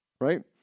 right